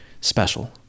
special